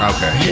Okay